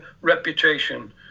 reputation